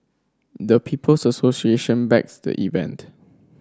the People's Association backed the event